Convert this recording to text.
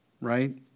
right